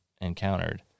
encountered